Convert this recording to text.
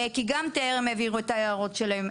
כי גם הם טרם העבירו את ההערות שלהם,